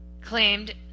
claimed